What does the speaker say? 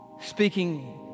speaking